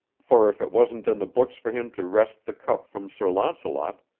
for if it wasn't in the books for him to wrest the cup from sir launcelot,